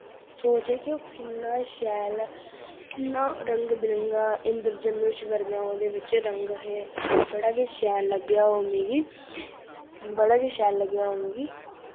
सोच आई कि ओह् किन्ना शैल ऐ किन्ना रंग बिरंगा इन्दर धनुश वर्गा ओह्दे विच रंग हे बड़ा गै शैल लग्गेआ ओ मिगी बड़ा गै शैल लग्गेआ ओ मिगी